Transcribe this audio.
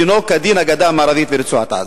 דינו כדין הגדה המערבית ורצועת-עזה.